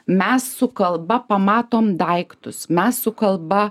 mes su kalba pamatom daiktus mes su kalba